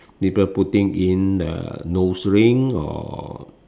people putting in the nose ring or